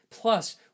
Plus